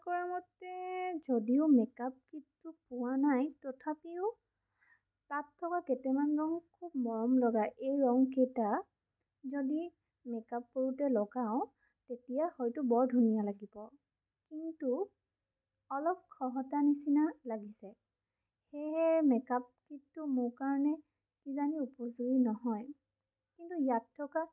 আশা কৰা মতে যদিও মেকআপ কিটটো পোৱা নাই তথাপিও তাত থকা কেইটামান ৰং খুব মৰম লগা এই ৰংকেইটা যদি মেকআপ কৰোঁতে লগাওঁ তেতিয়া হয়তো বৰ ধুনীয়া লাগিব কিন্তু অলপ খহটা নিচিনা লাগিছে সেয়েহে মেকআপ কীটটো মোৰ কাৰণে কিজানি উপযোগী নহয় কিন্তু ইয়াত থকা